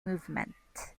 movement